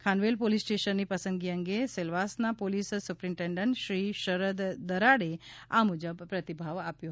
Khanvel police સ્ટેશનની પસંદગી અંગે સેલવાસના પોલીસ સુપ્રિન્ટેન્ડન્ટે શ્રી શરદ દરાજેએ આ મુજબ પ્રતિભાવ આપ્યો